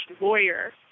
lawyer